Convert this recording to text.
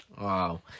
Wow